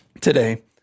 today